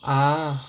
ah